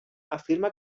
afirma